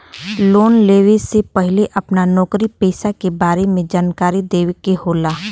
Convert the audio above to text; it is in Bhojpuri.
लोन लेवे से पहिले अपना नौकरी पेसा के बारे मे जानकारी देवे के होला?